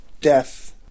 Death